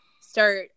start